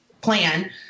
plan